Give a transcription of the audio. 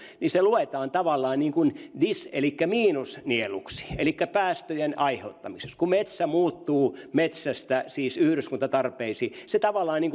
niin se luetaan tavallaan dis elikkä miinusnieluksi elikkä päästöjen aiheuttamiseksi kun metsä muuttuu siis metsästä yhdyskuntatarpeisiin se tavallaan niin